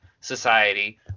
society